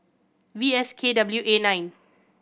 V S K W A nine